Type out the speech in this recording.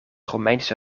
romeinse